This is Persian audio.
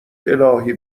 االهی